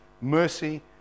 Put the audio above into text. Mercy